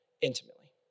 intimately